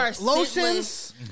Lotions